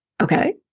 okay